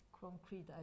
concrete